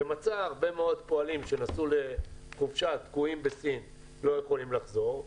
ומצאה הרבה מאוד פועלים שנסעו לחופשה תקועים בסין ולא יכולים לזכור,